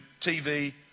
TV